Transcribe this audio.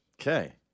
Okay